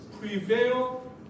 prevail